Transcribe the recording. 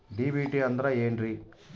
DBT ಅಂದ್ರ ಏನ್ರಿ?